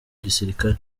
gisirikare